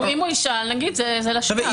אם הוא ישאל, נגיד, זה לשבב.